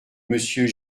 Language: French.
monsieur